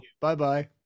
Bye-bye